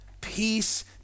peace